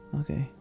Okay